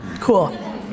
Cool